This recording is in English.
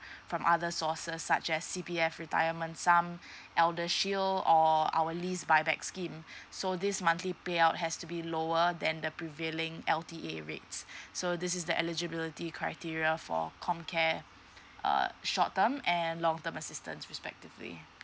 from other sources such as C_P_F retirement sum eldershield or our list by back scheme so this monthly payout has to be lower than the prevailing L_T_A rates so this is the eligibility criteria for comcare err short term and long term assistance respectively